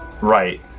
Right